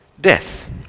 death